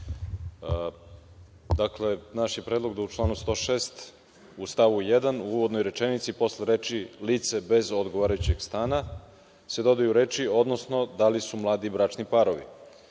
Naš je predlog da u članu 106. u stavu 1., u uvodnoj rečenici, posle reči: „lice bez odgovarajućeg stana“ se dodaju reči: „odnosno da li su mladi bračni parovi“.Dakle,